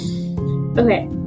okay